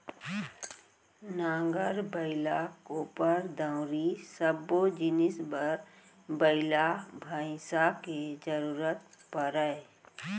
नांगर, बइला, कोपर, दउंरी सब्बो जिनिस बर बइला भईंसा के जरूरत परय